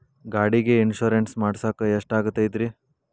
ಗಾಡಿಗೆ ಇನ್ಶೂರೆನ್ಸ್ ಮಾಡಸಾಕ ಎಷ್ಟಾಗತೈತ್ರಿ?